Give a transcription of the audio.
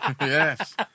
Yes